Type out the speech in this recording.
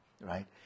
right